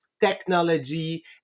technology